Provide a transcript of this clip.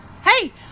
hey